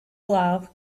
love